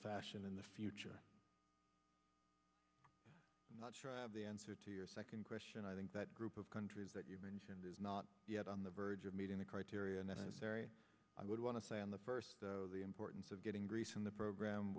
fashion in the future i'm not sure of the answer to your second question i think that group of countries that you mentioned is not yet on the verge of meeting the criteria and that is very i would want to say on the first though the importance of getting greece in the program